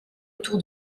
autour